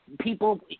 people